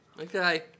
Okay